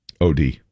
OD